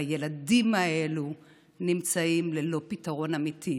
והילדים האלו נמצאים ללא פתרון אמיתי.